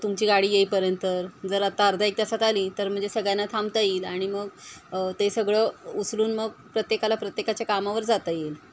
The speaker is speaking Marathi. तुमची गाडी येईपर्यंत जर आता अर्धा एक तासात आली तर म्हणजे सगळ्यांना थांबता येईल आणि मग ते सगळं उचलून मग प्रत्येकाला प्रत्येकाच्या कामावर जाता येईल